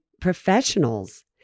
professionals